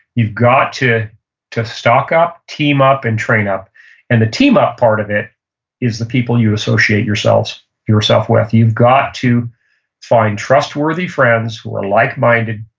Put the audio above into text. you've got to to stock up, team up, and train up and the team up part of it is the people you associate yourself yourself with. you've got to find trustworthy friends, who are like-minded,